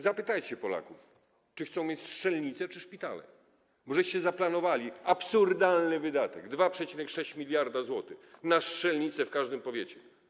Zapytajcie Polaków, czy chcą mieć strzelnice czy szpitale, bo zaplanowaliście absurdalny wydatek, 2,6 mld zł, na strzelnice w każdym powiecie.